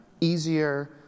easier